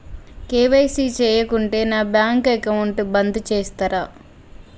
KYC చేయకుంటే నా bank account బంద్ చేస్తరా?